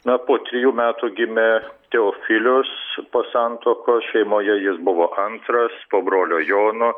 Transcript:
na po trijų metų gimė teofilius po santuokos šeimoje jis buvo antras po brolio jono